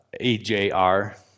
AJR